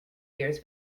years